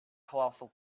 colossal